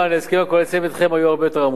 ההסכמים הקואליציוניים אתכם היו הרבה יותר עמוקים.